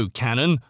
cannon